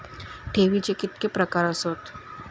ठेवीचे कितके प्रकार आसत?